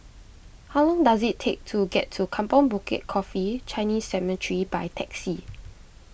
how long does it take to get to Kampong Bukit Coffee Chinese Cemetery by taxi